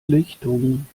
lichtung